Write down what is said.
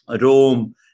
Rome